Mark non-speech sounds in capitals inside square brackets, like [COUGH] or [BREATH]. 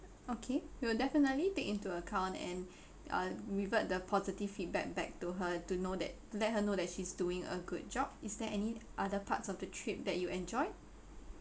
okay we will definitely take into account and [BREATH] uh revert the positive feedback back to her to know that let her know that she's doing a good job is there any other parts of the trip that you enjoy